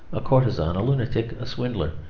a courtesan, a lunatic, a swindler,